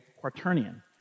quaternion